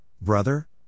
Brother